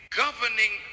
governing